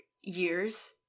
years